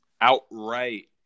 Outright